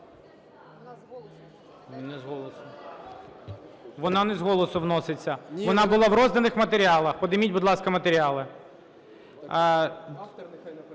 Вона не з голосу вноситься. Вона була в розданих матеріалах. Підніміть, будь ласка, матеріали.